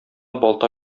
балта